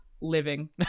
Living